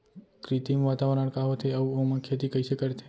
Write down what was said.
कृत्रिम वातावरण का होथे, अऊ ओमा खेती कइसे करथे?